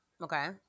Okay